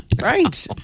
Right